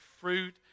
fruit